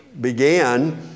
began